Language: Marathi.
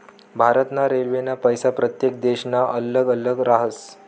भारत ना रेल्वेना पैसा प्रत्येक देशना अल्लग अल्लग राहस